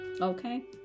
okay